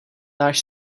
náš